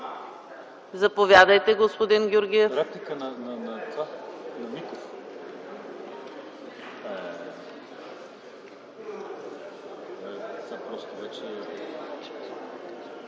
Заповядайте, господин Георгиев.